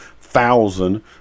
thousand